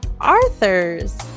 Arthur's